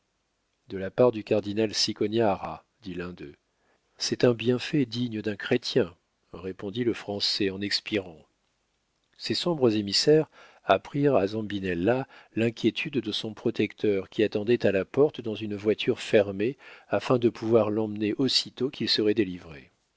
de la part du cardinal cicognara dit l'un d'eux c'est un bienfait digne d'un chrétien répondit le français en expirant ces sombres émissaires apprirent à zambinella l'inquiétude de son protecteur qui attendait à la porte dans une voiture fermée afin de pouvoir l'emmener aussitôt qu'il serait délivré